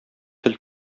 тел